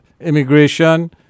immigration